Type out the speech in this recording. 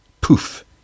Poof